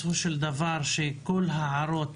דבר כל ההערות